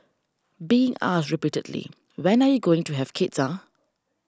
being asked repeatedly when are you going to have kids ah